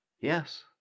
yes